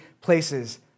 places